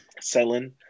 selling